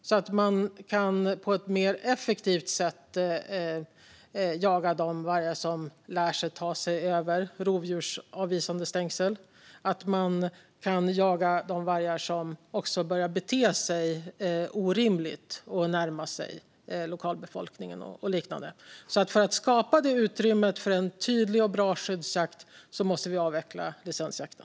Då kan man på ett mer effektivt sätt jaga de vargar som lär sig att ta sig över rovdjursavvisande stängsel och de vargar som börjar bete sig orimligt och närma sig lokalbefolkningen och liknande. För att skapa detta utrymme för en tydlig och bra skyddsjakt måste vi avveckla licensjakten.